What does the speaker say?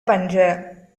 பண்ற